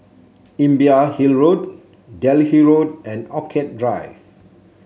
Imbiah Hill Road Delhi Road and Orchid Drive